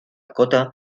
cota